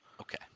Okay